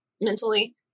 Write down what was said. mentally